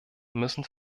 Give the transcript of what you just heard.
müssen